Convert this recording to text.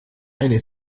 eine